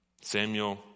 Samuel